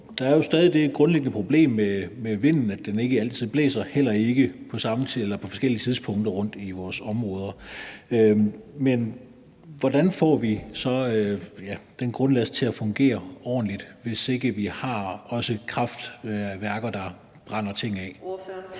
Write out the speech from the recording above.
der er jo stadig det grundlæggende problem med vinden, at den ikke altid er der, og den er der heller ikke altid på forskellige tidspunkter i vores områder. Men hvordan får vi så den grundlast til at fungere ordentligt, hvis ikke vi også har kraftværker, der brænder ting af?